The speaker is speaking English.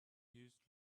used